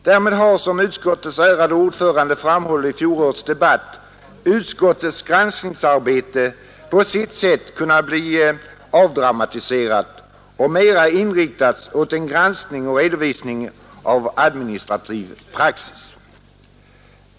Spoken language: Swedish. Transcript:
Därmed har, som utskottets ärade ordförande framhållit vid fjolårets debatt, utskottets granskningsarbete på sitt sätt kunnat bli avdramatiserat och mera kunnat inriktas på en granskning och redovisning av administrativ praxis.